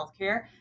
healthcare